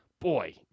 boy